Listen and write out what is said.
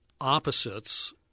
opposites